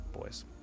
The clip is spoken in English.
boys